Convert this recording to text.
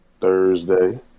Thursday